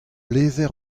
levr